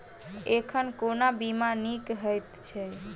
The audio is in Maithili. एखन कोना बीमा नीक हएत छै?